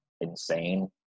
Insane